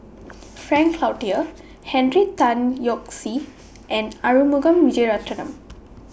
Frank Cloutier Henry Tan Yoke See and Arumugam Vijiaratnam